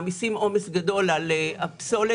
הם מעמיסים עומס גדול על הפסולת.